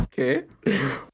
Okay